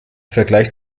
vergleich